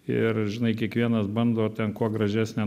ir žinai kiekvienas bando ten kuo gražesnę